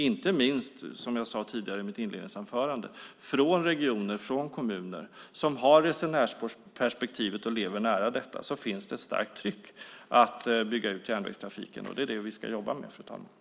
Inte minst, som jag sade i mitt inledningsanförande, från regioner och kommuner som har resenärsperspektivet och lever nära detta finns det ett starkt tryck att bygga ut järnvägstrafiken. Det är det vi ska jobba med, fru talman.